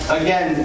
again